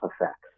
effects